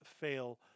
Fail